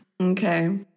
Okay